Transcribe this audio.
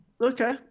Okay